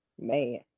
Man